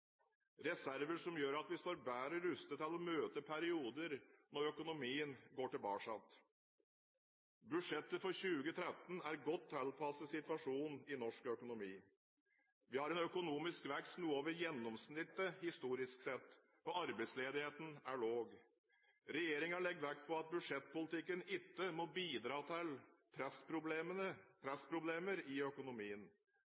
Reserver gjør at vi står bedre rustet til å møte perioder når økonomien går tilbake. Budsjettet for 2013 er godt tilpasset situasjonen i norsk økonomi. Vi har en økonomisk vekst noe over gjennomsnittet historisk sett, og arbeidsledigheten er lav. Regjeringen legger vekt på at budsjettpolitikken ikke må bidra til